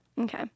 Okay